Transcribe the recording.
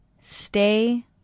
stay